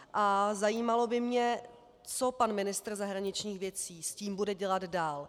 A zajímalo by mě, co pan ministr zahraničních věcí s tím bude dělat dál.